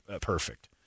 perfect